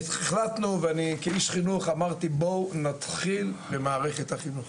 כאיש חינוך אמרתי, בואו נתחיל במערכת החינוך,